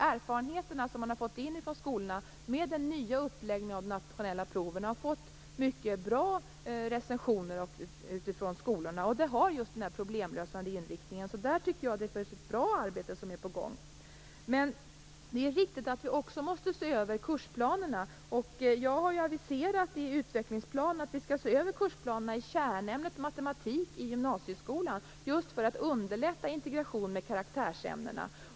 Erfarenheterna som man har fått in från skolorna med den nya uppläggningen av de nationella proven visar på mycket bra recensioner från skolorna, och proven har just en problemlösande inriktning. Jag tycker att det är ett bra arbete som är på gång. Men det är riktigt att vi också måste se över kursplanerna. Och jag har i utvecklingsplanen aviserat att vi skall se över kursplanerna i kärnämnet matematik i gymnasieskolan just för att underlätta integration med karaktärsämnena.